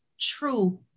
true